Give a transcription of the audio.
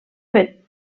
fer